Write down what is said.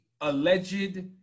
alleged